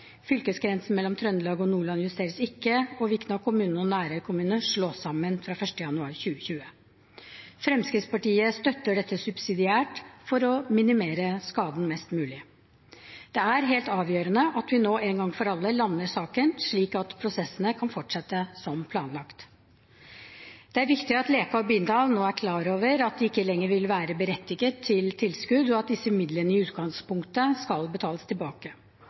Fylkesgrensen mellom Trøndelag og Nordland justeres ikke. Vikna kommune og Nærøy kommune slås sammen fra 1. januar 2020.» Fremskrittspartiet støtter dette subsidiært for å minimere skaden mest mulig. Det er helt avgjørende at vi nå en gang for alle lander saken, slik at prosessene kan fortsette som planlagt. Det er viktig at Leka og Bindal nå er klar over at de ikke lenger vil være berettiget til tilskudd, og at disse midlene i utgangspunktet skal betales tilbake.